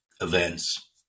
events